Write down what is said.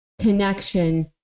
connection